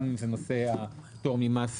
אחד מהם זה נושא הפטור ממס